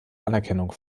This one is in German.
anerkennung